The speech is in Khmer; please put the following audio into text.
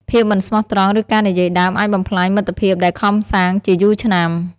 ភាពមិនស្មោះត្រង់ ឬការនិយាយដើមអាចបំផ្លាញមិត្តភាពដែលខំសាងជាយូរឆ្នាំ។